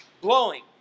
blowing